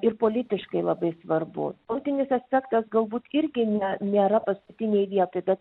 ir politiškai labai svarbu tautinis aspektas galbūt irgi ne nėra paskutinėj vietoj bet